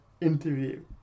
interview